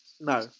no